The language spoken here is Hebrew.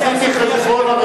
ונסגרו?